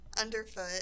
underfoot